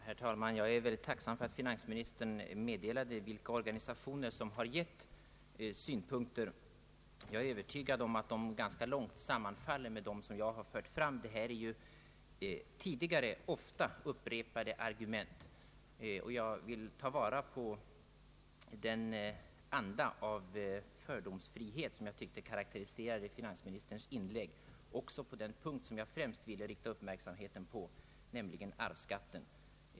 Herr talman! Jag är mycket tacksam för att finansministern meddelade vilka organisationer som har gett synpunkter på denna fråga. Jag är övertygad om att de i ganska stor utsträckning sammanfaller med dem som jag fört fram. Det är ju tidigare ofta upprepade argument, och jag vill ta vara på den anda av fördomsfrihet i förhållande till kapitalskatteberedningen som jag tycker karakteriserade finansministerns inlägg också på den punkt som jag främst ville rikta uppmärksamheten på, nämligen arvsskatten.